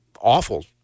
awful